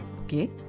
Okay